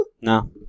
No